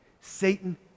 Satan